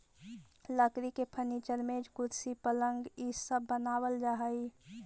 लकड़ी के फर्नीचर, मेज, कुर्सी, पलंग इ सब बनावल जा हई